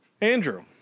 Andrew